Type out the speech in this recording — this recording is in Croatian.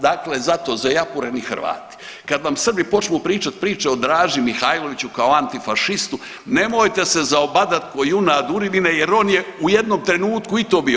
Dakle, zajapureni Hrvati kad vam Srbi počnu pričat priče o Draži Mihajloviću kao antifašistu nemojte se zaobadat ko junad u ridine jer on je u jednom trenutku i to bio.